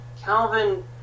Calvin